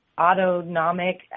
autonomic